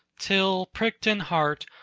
till pricked in heart,